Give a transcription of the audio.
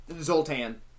zoltan